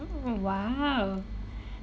oh !wow!